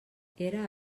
era